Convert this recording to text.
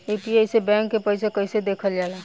UPI से bank के पैसा कैसे देखल जाला?